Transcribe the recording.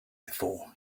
before